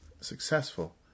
successful